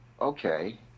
okay